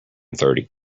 thirty